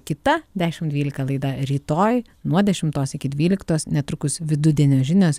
kita dešimt dvylika laida rytoj nuo dešimtos iki dvyliktos netrukus vidudienio žinios